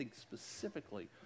specifically